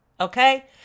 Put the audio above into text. okay